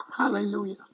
Hallelujah